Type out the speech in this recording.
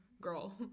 girl